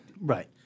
Right